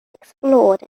explored